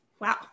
Wow